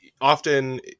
often